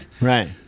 Right